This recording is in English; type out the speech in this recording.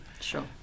Sure